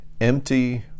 empty